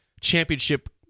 championship